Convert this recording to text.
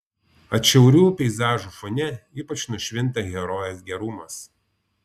atšiaurių peizažų fone ypač nušvinta herojės gerumas